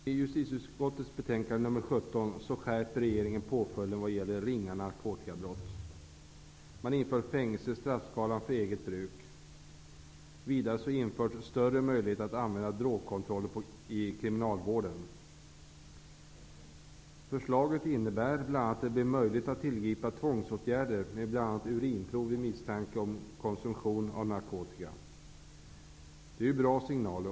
Herr talman! I regeringens proposition som ligger till grund för justitieutskottets betänkande nr 17 föreslås att påföljden skärps vad gäller ringa narkotikabrott. Man vill införa fängelse i straffskalan för eget bruk. Vidare vill man införa större möjlighet att genomföra drogkontroll i kriminalvården. Förslaget innebär bl.a. att det blir möjligt att tillgripa tvångsåtgärder med t.ex. urinprov vid misstanke om konsumtion av narkotika. Det är bra signaler.